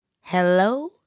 Hello